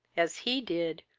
as he did,